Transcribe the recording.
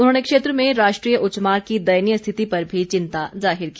उन्होंने क्षेत्र में राष्ट्रीय उच्च मार्ग की दयनीय स्थिति पर भी चिंता जाहिर की